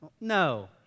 No